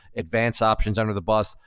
advanced options under the bus,